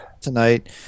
tonight